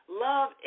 Love